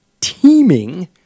teeming